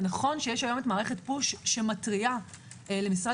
נכון שקיימת מערכת פוש שמתריעה למשרד